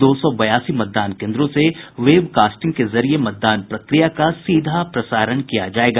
दो सौ बयासी मतदान केन्द्रों से वेबकास्टिंग के जरिये मतदान प्रक्रिया का सीधा प्रसारण किया जायेगा